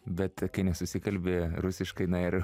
bet kai nesusikalbi rusiškai na ir